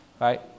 right